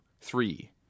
three